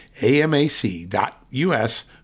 AMAC.US